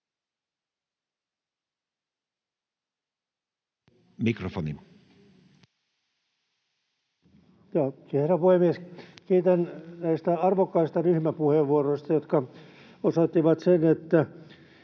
puhemies! Kiitän näistä arvokkaista ryhmäpuheenvuoroista, jotka osoittivat sen, että